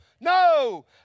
no